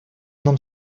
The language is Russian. нам